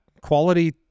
quality